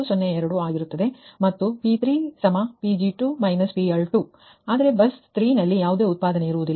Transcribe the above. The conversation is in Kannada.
ಮತ್ತು P3 Pg3 PL3 ಆದರೆ ಬಸ್ 3 ನಲ್ಲಿ ಯಾವುದೇ ಉತ್ಪಾದನೆ ಇರುವುದಿಲ್ಲ